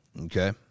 okay